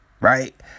Right